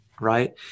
right